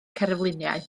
cerfluniau